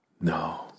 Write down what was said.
No